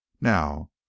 Now